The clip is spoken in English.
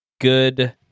good